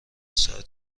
ساعت